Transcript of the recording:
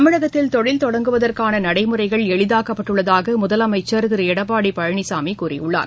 தமிழகத்தில் தொழில் தொடங்குவதற்கான நடைமுறைகள் எளிதாக்கப்பட்டுள்ளதாக முதலமைச்சர் திரு எடப்பாடி பழனிசாமி கூறியுள்ளார்